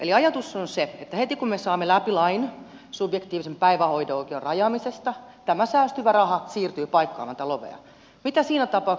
jos ajatus on se että heti kun me saamme läpi lain subjektiivisen päivähoito oikeuden rajaamisesta tämä säästyvä raha siirtyy paikkaamaan tätä lovea niin mitä siinä tapauksessa jos laki ei mene läpi